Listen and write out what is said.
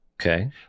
Okay